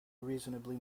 reasonably